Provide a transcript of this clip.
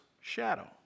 shadow